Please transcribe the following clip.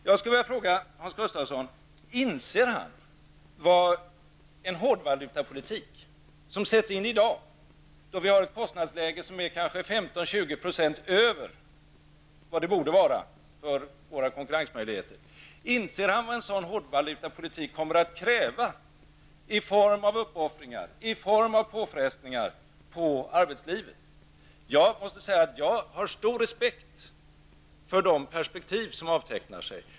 Jag skulle vilja fråga om Hans Gustafsson inser vad en hård valutapolitik, som sätts in i dag då vi har ett kostnadsläge som är kanske 15--20 % över vad det borde vara med hänsyn till våra konkurrensmöjligheter, kommer att kräva i form av uppoffringar, i form av påfrestningar på arbetslivet. Jag har stor respekt för de perspektiv som avtecknar sig.